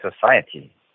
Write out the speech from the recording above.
Society